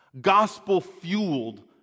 Gospel-fueled